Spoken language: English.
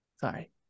Sorry